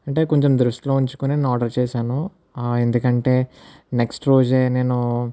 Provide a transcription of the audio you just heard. అంటే కొంచెం దృష్టిలో ఉంచుకొని నేను ఆర్డర్ చేశాను ఎందుకంటే నెక్స్ట్ రోజే నేను